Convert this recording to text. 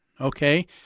Okay